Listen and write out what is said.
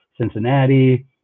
Cincinnati